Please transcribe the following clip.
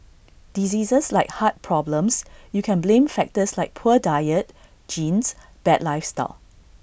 diseases like heart problems you can blame factors like poor diet genes bad lifestyle